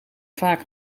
vaak